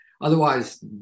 Otherwise